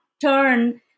turn